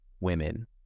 women